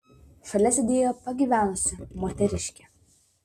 šalia sėdėjo pagyvenusi moteriškė